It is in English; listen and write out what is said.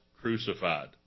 crucified